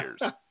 years